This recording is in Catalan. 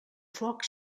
foc